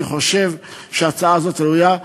אני חושב, שהצעת החוק הזאת ראויה.